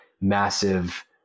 massive